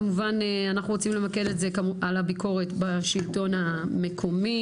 כמובן שאנחנו רוצים למקד את זה על הביקורת בשלטון המקומי.